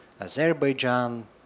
Azerbaijan